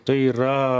tai yra